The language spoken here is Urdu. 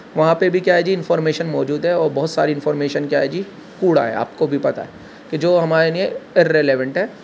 وہاں پہ بھی کیا ہے جی انفارمیشن موجود ہے اور بہت ساری انفارمیشن کیا ہے جی کوڑا ہے آپ کو بھی پتہ ہے کہ جو ہمارے نیے اررلیوینٹ ہے